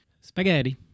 Spaghetti